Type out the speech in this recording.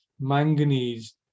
manganese